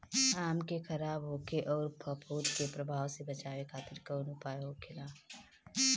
आम के खराब होखे अउर फफूद के प्रभाव से बचावे खातिर कउन उपाय होखेला?